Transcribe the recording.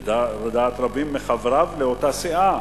לדעת רבים מחבריו לאותה סיעה,